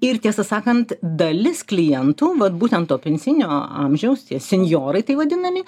ir tiesą sakant dalis klientų vat būtent to pensijinio amžiaus tie senjorai tai vadinami